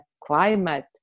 climate